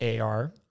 AR